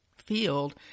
field